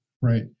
right